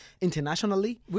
internationally